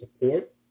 support